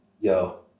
yo